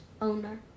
owner